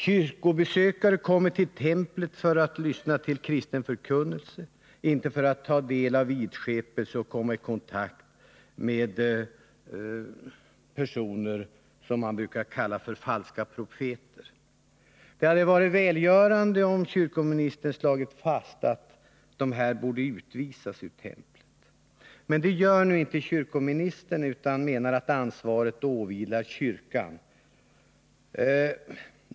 Kyrkobesökare kommer till templet för att lyssna till kristen förkunnelse — inte för att ta del av vidskepelse och komma i kontakt med personer som man brukar kalla för falska profeter. Det hade varit välgörande, om kyrkoministern hade slagit fast att dessa borde utvisas ur templet. Men det gör inte kyrkoministern. Han menar att ansvaret åvilar kyrkan.